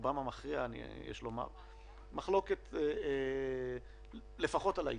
רובם המכריע יש לומר, מחלוקת, לפחות על העיתוי.